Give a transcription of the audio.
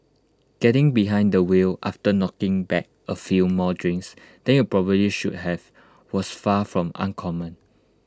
getting behind the wheel after knocking back A few more drinks than you probably should have was far from uncommon